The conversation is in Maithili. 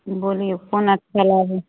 बोलिऔ कोन अच्छा लागैए